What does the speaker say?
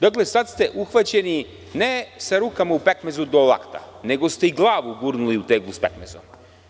Dakle, sad ste uhvaćeni ne sa rukama u pekmezu do lakata, nego ste i glavu gurnuli u teglu s pekmezom.